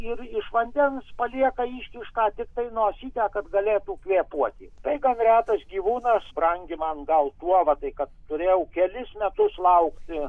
ir iš vandens palieka iškištą tiktai nosytę kad galėtų kvėpuoti tai gan retas gyvūnas brangi man gal tuo va tai kad turėjau kelis metus laukti